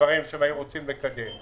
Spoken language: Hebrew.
ודברים שהיו רוצים לקדם,